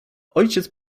ojciec